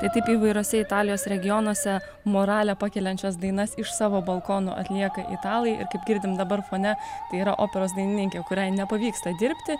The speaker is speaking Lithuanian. tai taip įvairiose italijos regionuose moralę pakeliančias dainas iš savo balkonų atlieka italai ir kaip girdim dabar fone tai yra operos dainininkė kuriai nepavyksta dirbti